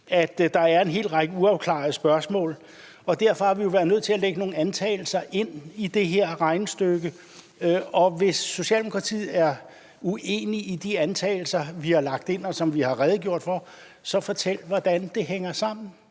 at der er en hel række uafklarede spørgsmål. Derfor har vi jo været nødt til at lægge nogle antagelser ind i det her regnestykke, og hvis Socialdemokratiet er uenig i de antagelser, vi har lagt ind, og som vi har redegjort for, så fortæl, hvordan det hænger sammen.